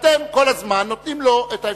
אתם כל הזמן נותנים לו את האפשרות,